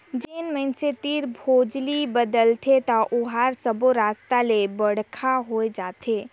जेन मइनसे तीर भोजली बदथे त ओहर सब्बो रिस्ता ले बड़का होए जाथे